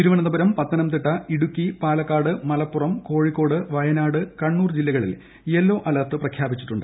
തിരുവനന്തപുരം പത്തനംതിട്ട ഇടുക്കി പാലക്കാട് മലപ്പുറം കോഴിക്കോട് വയനാട് കണ്ണൂർ ജില്ലകളിൽ yellow alert പ്രഖ്യാപിച്ചിട്ടുണ്ട്